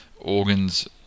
organs